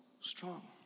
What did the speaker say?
strong